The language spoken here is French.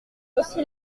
aussi